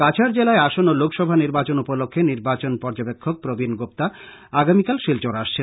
কাছাড় জেলায় আসন্ন লোকসভা নির্বাচন উপলক্ষ্যে নির্বাচন পর্য্যবেক্ষক প্রবীন গুপ্তা আগামীকাল শিলচর আসছেন